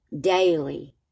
daily